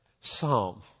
psalm